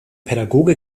pädagoge